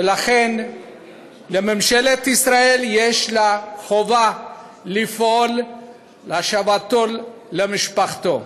ולכן לממשלת ישראל יש חובה לפעול להשבתו למשפחתו,